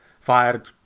fired